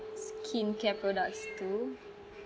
skincare products too